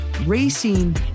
racing